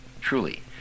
truly